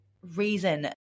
reason